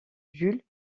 jules